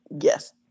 yes